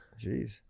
Jeez